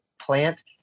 plant